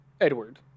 Edward